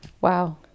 Wow